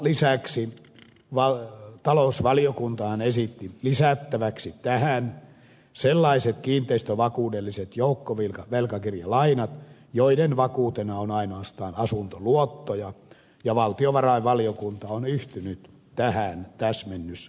lisäksi talousvaliokuntahan esitti lisättäväksi tähän sellaiset kiinteistövakuudelliset joukkovelkakirjalainat joiden vakuutena on ainoastaan asuntoluottoja ja valtiovarainvaliokunta on yhtynyt tähän täsmennysesitykseen